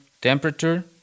temperature